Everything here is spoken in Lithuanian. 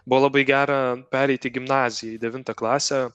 buvo labai gera pereit į gimnaziją į devintą klasę